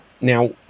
Now